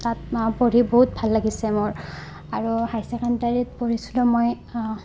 তাত পঢ়ি বহুত ভাল লাগিছে মোৰ আৰু হাই ছেকেণ্ডেৰীত পঢ়িছিলোঁ মই